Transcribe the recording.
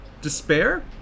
despair